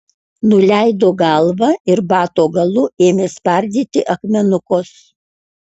nuleido galvą ir bato galu ėmė spardyti akmenukus